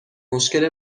مشکل